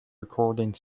recording